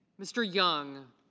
mr. young.